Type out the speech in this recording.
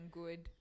good